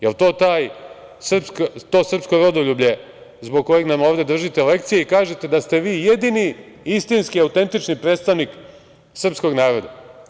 Jel to srpsko rodoljublje zbog kojeg nam ovde držite lekcije i kažete da ste vi jedini istinski autentični predstavnik srpskog naroda?